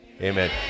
Amen